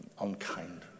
unkind